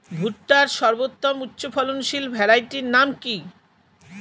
ভুট্টার সর্বোত্তম উচ্চফলনশীল ভ্যারাইটির নাম কি?